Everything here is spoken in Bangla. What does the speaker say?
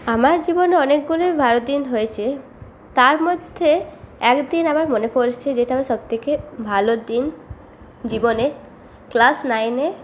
আমার জীবনের অনেকগুলোই ভাল দিন হয়েছে তার মধ্যে একদিন আমার মনে পড়ছে যেটা আমার সবথেকে ভালো দিন জীবনের ক্লাস নাইনে